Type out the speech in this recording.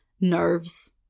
nerves